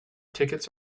tickets